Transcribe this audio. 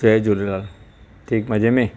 जय झूलेलाल ठीकु मज़े में